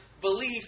belief